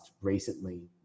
recently